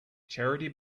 charity